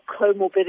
comorbidity